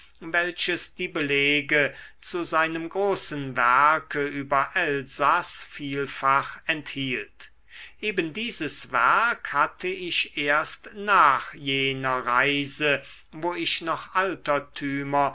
welches die belege zu seinem großen werke über elsaß vielfach enthielt eben dieses werk hatte ich erst nach jener reise wo ich noch altertümer